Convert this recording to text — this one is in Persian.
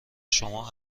شما